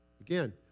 Again